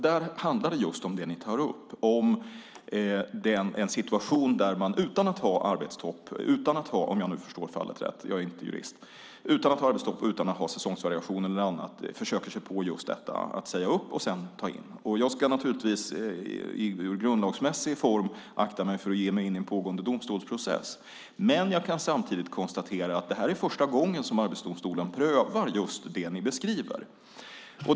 Där handlar det om just det ni tar upp, nämligen - om jag nu förstår fallet rätt; jag är inte jurist - en situation där man utan att ha en arbetstopp och utan att ha säsongsvariationer eller annat försöker sig på att säga upp och sedan ta in inhyrd personal. Jag ska naturligtvis i grundlagsmässig form akta mig för att ge mig in i en pågående domstolsprocess, men jag kan konstatera att det är första gången Arbetsdomstolen prövar just det ni beskriver.